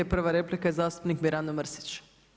Prva replika je zastupnik Mirando Mrsić.